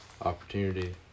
opportunity